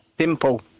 simple